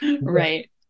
right